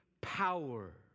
power